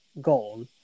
goal